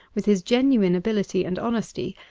with his genuine ability and honesty,